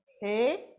Hey